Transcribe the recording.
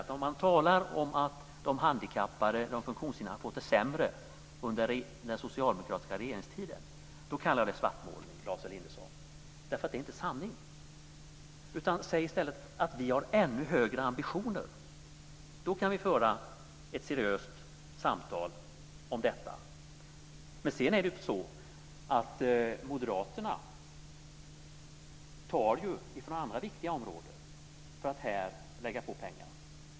När man talar om att de handikappade och de funktionshindrade har fått det sämre under den socialdemokratiska regeringstiden kallar jag det svartmålning, Lars Elinderson. Det är inte sanning. Säg i stället att vi har ännu högre ambitioner. Då kan vi föra ett seriöst samtal om detta. Moderaterna vill ju ta från andra viktiga områden för att lägga på pengar.